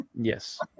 Yes